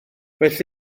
well